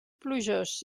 plujós